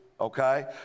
Okay